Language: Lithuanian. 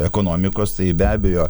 ekonomikos tai be abejo